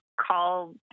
call